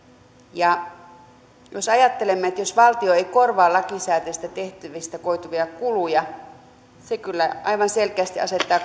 ja jos ajattelemme että jos valtio ei korvaa lakisääteisistä tehtävistä koituvia kuluja se kyllä aivan selkeästi asettaa